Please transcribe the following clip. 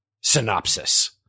Synopsis